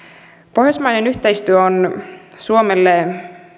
pohjoismainen yhteistyö on suomelle